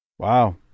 Wow